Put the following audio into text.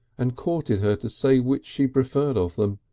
and courted her to say which she preferred of them,